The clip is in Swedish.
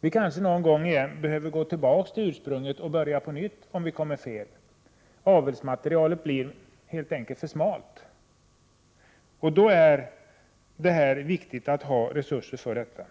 Det kan någon gång bli nödvändigt att gå tillbaka och börja om på nytt om något slår fel. Avelsmaterialet kan helt enkelt bli för smalt, och då är det viktigt att ha sådana här resurser.